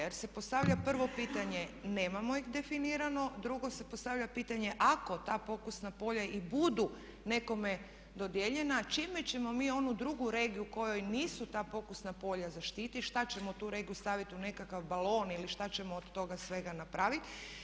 Jer se postavlja prvo pitanje nemamo ih definirano, drugo se postavlja pitanje ako ta pokusna polja i budu nekome dodijeljena čime ćemo mi onu drugu regiju kojoj nisu ta pokusna polja … [[Ne razumije se.]] što ćemo tu regiju staviti u nekakav balon ili što ćemo od toga svega napraviti?